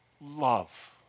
love